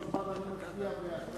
הכלכלה נתקבלה.